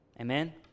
Amen